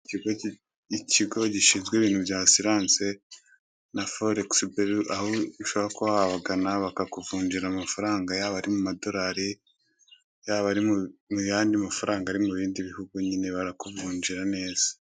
Ikigo gishinzwe ibintu bya asiranse na forekisi biro, aho ushobora kuba wabagana bakakuvunjira amafaranga, yaba ari mu madorari, yaba ari mu yandi mafaranga ari mu bindi bihugu, nyine barakuvunjira neza.